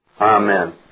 Amen